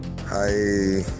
Hi